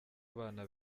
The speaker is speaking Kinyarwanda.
abana